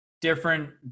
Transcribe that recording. different